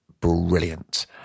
brilliant